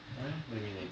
why eh what you mean leh